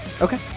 Okay